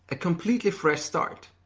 a completely fresh start.